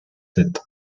sept